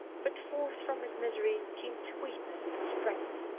but forth from his misery came sweetness and strength,